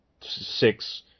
six